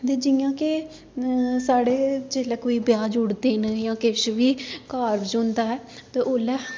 ते जियां के साढ़ै जेल्लै कोई ब्याह् जुड़दे न जां किश बी कारज होंदा ऐ तां ओल्लै